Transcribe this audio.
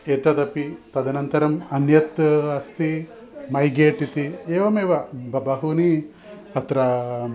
एतदपि तदनन्तरम् अन्यत् अस्ति मै गेट् इति एवमेव ब बहूनि अत्र